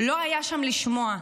לא היה שם לשמוע,